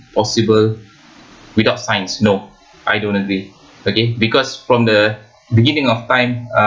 possible without science no I don't agree okay because from the beginning of time uh